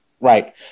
right